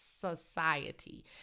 Society